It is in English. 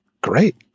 great